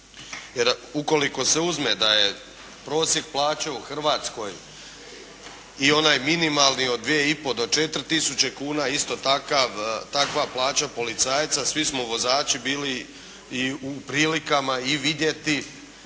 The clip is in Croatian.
Jer ukoliko se uzme da je prosjek plaće u Hrvatskoj i onaj minimalni od 2,5 do 4 tisuće kuna isto takva plaća policajca, svi smo vozači bili i u prilikama i vidjeti